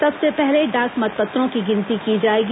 सबसे पहले डाक मतपत्रों की गिनती की जाएगी